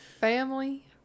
Family